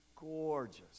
gorgeous